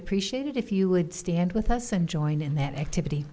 appreciate it if you would stand with us and join in that activity